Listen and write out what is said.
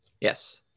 Yes